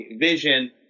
vision